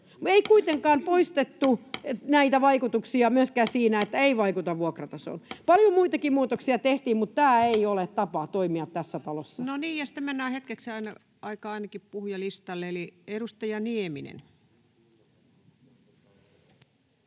ei kuitenkaan poistettu näitä vaikutuksia myöskään siinä, että ei vaikuta vuokratasoon. Paljon muitakin muutoksia tehtiin, [Oikealta: Minuutti!] mutta tämä ei ole tapa toimia tässä talossa. No niin, sitten mennään ainakin hetkeksi aikaa puhujalistalle. — Edustaja Nieminen.